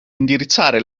indirizzare